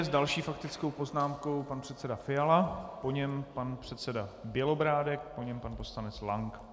S další faktickou poznámkou pan předseda Fiala, po něm pan předseda Bělobrádek, po něm pan poslanec Lank.